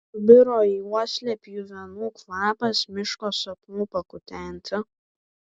subiro į uoslę pjuvenų kvapas miško sapnų pakutenti